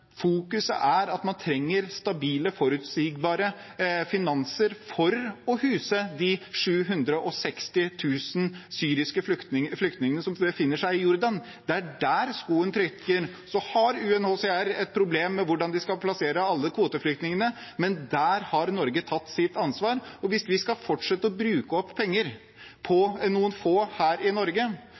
at man trenger stabile, forutsigbare finanser for å huse de 760 000 syriske flyktningene som befinner seg i Jordan. Det er der skoen trykker. Så har UNHCR et problem med hvordan de skal plassere alle kvoteflyktningene, men der har Norge tatt sitt ansvar. Hvis vi skal fortsette å bruke opp penger på noen få her i Norge,